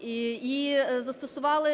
і застосували